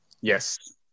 Yes